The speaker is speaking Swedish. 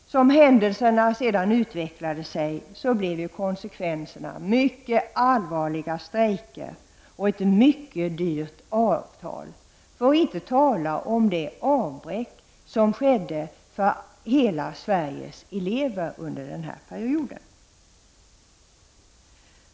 Som händelserna sedan utvecklade sig, blev konsekvenserna mycket allvarliga strejker och ett mycket dyrt avtal, för att inte tala om det avbräck som skedde för hela Sveriges elever under den här perioden.